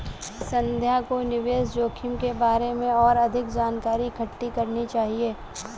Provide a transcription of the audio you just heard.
संध्या को निवेश जोखिम के बारे में और अधिक जानकारी इकट्ठी करनी चाहिए